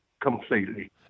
completely